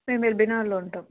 మేం బిబి నగర్లో ఉంటాం